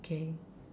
okay